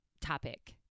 topic